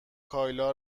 کایلا